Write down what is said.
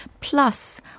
Plus